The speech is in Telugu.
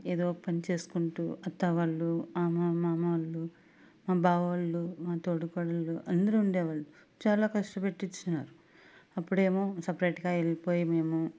ఎదో ఒక పని చేసుకుంటూ అత్త వాళ్ళు మామ వాళ్ళు మా బావోళ్ళు మా తోడు కోడళ్ళు అందరు ఉండేవాళ్ళు చాల కష్టపెట్టిచ్చినారు అప్పుడేమో సపరేట్గా వెళ్ళిపోయి మేము